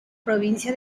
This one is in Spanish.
provincia